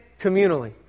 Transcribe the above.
communally